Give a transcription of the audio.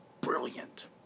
brilliant